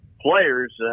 players